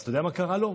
אתה יודע מה קרה לו?